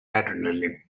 adrenaline